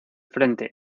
frente